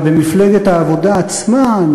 אבל במפלגת העבודה עצמה,